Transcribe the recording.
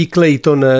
Clayton